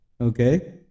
Okay